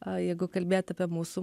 jeigu kalbėt apie mūsų